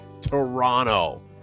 Toronto